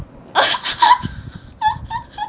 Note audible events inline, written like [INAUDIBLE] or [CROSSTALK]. [LAUGHS]